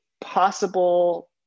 possible